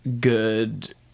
good